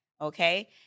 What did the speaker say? okay